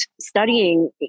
studying